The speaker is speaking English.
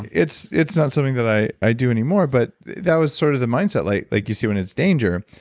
it's it's not something that i i do anymore, but that was sort of the mindset like like you see when it's danger.